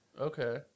Okay